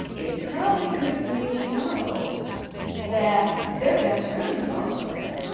it's probably good for me to know that their best friend is also there.